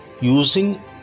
using